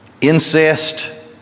incest